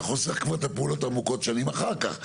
חוסך כבר את הפעולות הארוכות שנים אחר-כך.